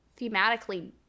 thematically